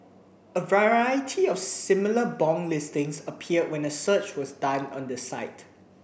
a variety of similar bong listings appeared when a search was done on the site